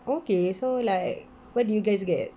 okay so like what do you guys get